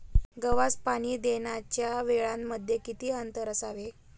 गव्हास पाणी देण्याच्या वेळांमध्ये किती अंतर असावे?